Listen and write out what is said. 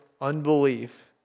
unbelief